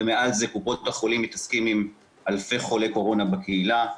ומעל זה קופות החולים מתעסקות עם אלפי חולי קורונה בקהילה,